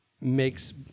Makes